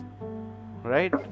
Right